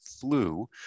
flu